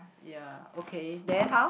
ya okay then how